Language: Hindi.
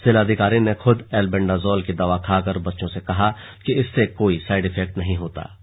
जिलाधिकारी ने खुद एलबेंडाजोल की दवा खाकर बच्चों से कहा कि इससे कोई साईड इफेक्टस नहीं होते हें